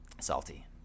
salty